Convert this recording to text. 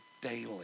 daily